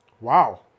Wow